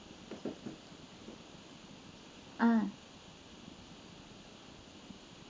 ah